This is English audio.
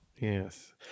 Yes